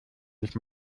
sich